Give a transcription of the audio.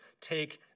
Take